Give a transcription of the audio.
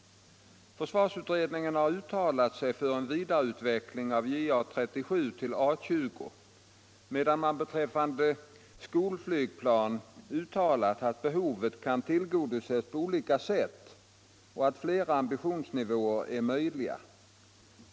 Försvarsutredningen har uttalat sig för en vidareutveckling av JA 37 till A 20, medan man beträffande skolflygplan uttalat att behovet kan tillgodoses på olika sätt och att flera ambitionsnivåer är möjliga.